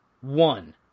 one